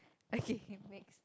okay okay wait